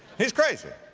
he's crazy.